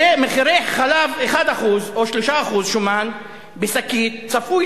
מחיר החלב 1% או 3% שומן בשקית צפוי